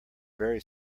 very